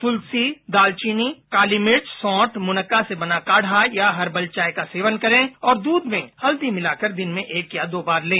तुलसी दालचीनी कालीमिर्च सौंठ मुनक्का से बना काढा या हर्बल चाय का सेवन करें और दूध में हल्दी मिलाकर दिन में एक या दो बार लें